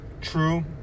True